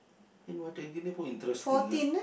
macam gini pun interesting ah